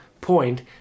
point